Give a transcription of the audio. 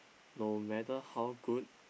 no matter how good